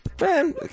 Man